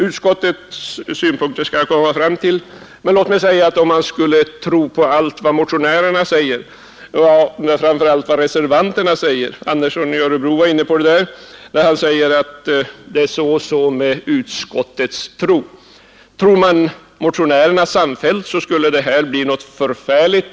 Utskottsmajoritetens synpunkter skall jag komma till, men låt mig säga att om man skulle tro på allt vad motionärerna och framför allt reservanterna påstår — herr Andersson i Örebro var inne på det när han sade att det är så och så med utskottsmajoritetens tro — skulle man komma fram till att det här blir någonting förfärligt.